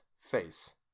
face